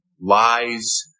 lies